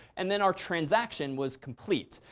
and then our transaction was complete.